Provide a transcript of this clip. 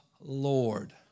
Lord